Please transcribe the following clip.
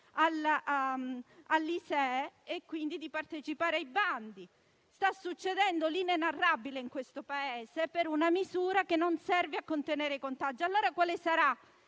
all'ISEE e, quindi, di partecipare ai bandi. Sta succedendo l'inenarrabile in questo Paese per una misura che non serve a contenere i contagi. Quale sarà,